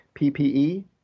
PPE